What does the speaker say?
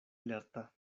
lerta